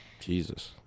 Jesus